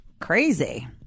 Crazy